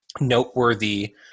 noteworthy